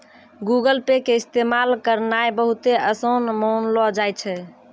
Google Pay के इस्तेमाल करनाय बहुते असान मानलो जाय छै